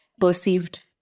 perceived